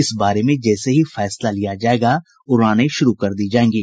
इस बारे में जैसे ही फैसला लिया जाएगा उड़ानें शुरू कर दी जाएंगी